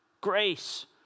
grace